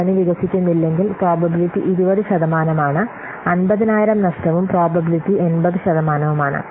വിപണി വികസിക്കുന്നില്ലെങ്കിൽ പ്രോബബിലിറ്റി 20 ശതമാനമാണ് 50000 നഷ്ടവും പ്രോബബിലിറ്റി 80 ശതമാനവുമാണ്